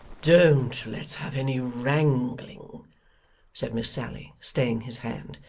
don't let's have any wrangling said miss sally, staying his hand.